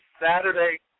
Saturday